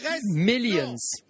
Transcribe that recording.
millions